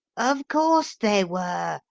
of course they were,